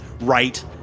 right